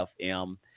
FM